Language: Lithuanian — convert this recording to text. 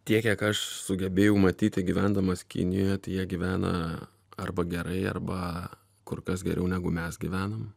tiek kiek aš sugebėjau matyti gyvendamas kinijoje jie gyvena arba gerai arba kur kas geriau negu mes gyvenam